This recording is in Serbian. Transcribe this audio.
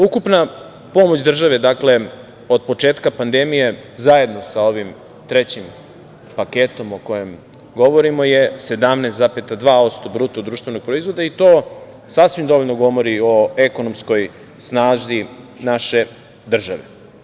Ukupna pomoć države od početka pandemije, zajedno sa ovim trećim paketom o kojem govorimo, je 17,2% bruto društvenog proizvoda i to sasvim dovoljno govori o ekonomskoj snazi naše države.